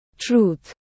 Truth